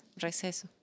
Receso